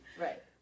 right